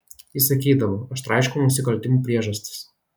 jis sakydavo aš traiškau nusikaltimų priežastis